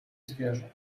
zwierzę